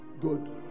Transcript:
good